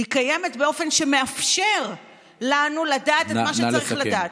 היא קיימת באופן שמאפשר לנו לדעת את מה שצריך לדעת.